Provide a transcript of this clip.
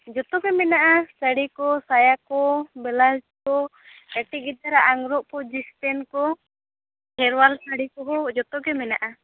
ᱡᱚᱛᱚᱜᱮ ᱢᱮᱱᱟᱜᱼᱟ ᱥᱟᱹᱲᱤ ᱠᱚ ᱥᱟᱭᱟ ᱠᱚ ᱵᱮᱞᱟᱣᱩᱪ ᱠᱚ ᱠᱟᱹᱴᱤᱡ ᱜᱤᱫᱽᱨᱟᱹ ᱟᱜ ᱟᱸᱜᱚᱨᱚᱵᱽ ᱠᱚ ᱡᱤᱱᱥ ᱯᱮᱱᱴ ᱠᱚ ᱠᱷᱮᱨᱣᱟᱞ ᱥᱟᱲᱤ ᱠᱚᱦᱚᱸ ᱡᱚᱛᱚ ᱜᱮ ᱢᱮᱱᱟᱜᱼᱟ